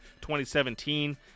2017